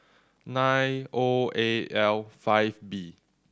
nine O A L five B